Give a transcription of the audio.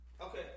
Okay